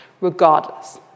regardless